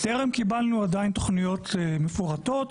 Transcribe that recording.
טרם קיבלנו עדיין תוכניות מפורטות.